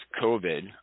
COVID